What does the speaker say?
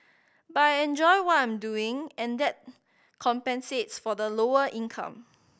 but I enjoy what I'm doing and that compensates for the lower income